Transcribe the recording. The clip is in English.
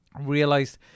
realized